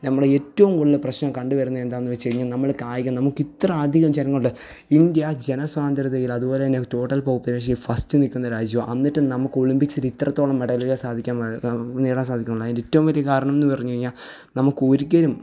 നമ്മള് ഏറ്റവും കൂടുതല് പ്രശ്നം കണ്ട് വരുന്നത് എന്താന്ന് വെച്ച് കഴിഞ്ഞാൽ നമ്മള് കായികം നമുക്ക് ഇത്ര അധികം ജനങ്ങൾ ഉണ്ട് ഇന്ത്യ ജന സാന്ദ്രതയില് അതുപോലെ തന്നെ ടോട്ടല് പോപ്പുലേഷനിൽ ഫസ്റ്റ് നിൽക്കുന്ന രാജ്യമാണ് എന്നിട്ടും നമുക്ക് ഒളിമ്പിക്സില് ഇത്രത്തോളം മെഡലുകൾ സാധിക്കാൻ വ നേടാന് സാധിക്കുന്നില്ല അതിൻ്റെ എറ്റവും വലിയ കാരണം എന്ന് പറഞ്ഞ് കഴിഞ്ഞാൽ നമുക്ക് ഒരിക്കലും